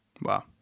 Wow